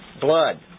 blood